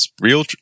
real